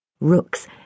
Rooks